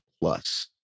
plus